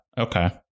Okay